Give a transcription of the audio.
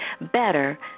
better